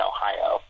Ohio